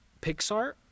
Pixar